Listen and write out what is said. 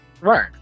Right